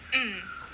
hmm